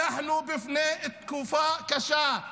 אנחנו בפני תקופה קשה.